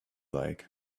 like